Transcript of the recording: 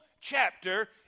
chapter